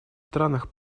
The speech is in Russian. странах